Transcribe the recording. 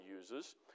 uses